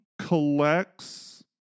collects